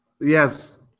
Yes